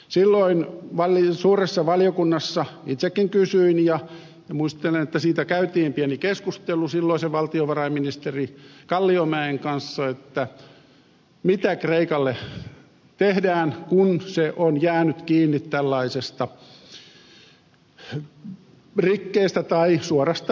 silloin suuressa valiokunnassa itsekin kysyin ja muistelen että siitä käytiin pieni keskustelu silloisen valtiovarainministeri kalliomäen kanssa mitä kreikalle tehdään kun se on jäänyt kiinni tällaisesta rikkeestä tai suorastaan rikoksesta